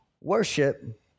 worship